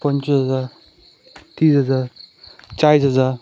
पंचवीस हजार तीस हजार चाळीस हजार